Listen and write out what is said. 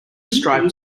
striped